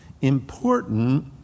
Important